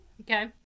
okay